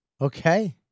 Okay